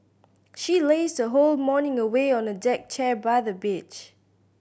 she lazed her whole morning away on a deck chair by the beach